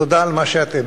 תודה על מה שאתם.